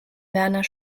werner